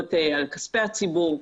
אחריות על כספי הציבור,